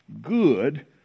good